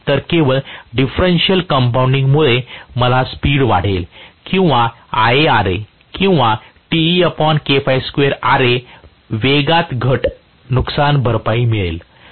तर केवळ डिफरेन्शिअल कंपाऊंडिंगमुळे मला स्पीड वाढेल किंवा IaRa किंवा वेगात घट नुकसान भरपाई मिळेल